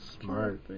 smart